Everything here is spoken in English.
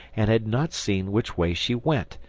and had not seen which way she went,